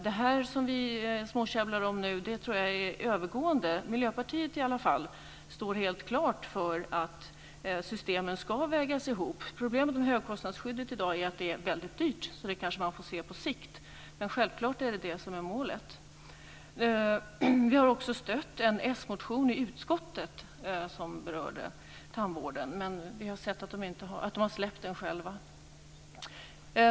Det som vi småkäbblar om nu tror jag är övergående. Miljöpartiet står i alla fall helt klart för att systemen ska vägas ihop. Problemet med högkostnadsskyddet i dag är att det är väldigt dyrt, så man kanske får se på det på sikt. Men självklart är det det här som är målet. Vi har också stött en s-motion i utskottet som berörde tandvården. Men vi har sett att man har släppt den själv.